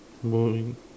moving